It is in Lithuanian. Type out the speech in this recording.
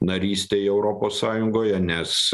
narystei europos sąjungoje nes